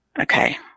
okay